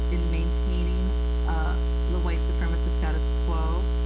in maintaining ah the white supremacist status quo,